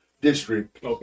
District